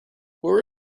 where